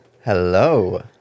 Hello